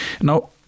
now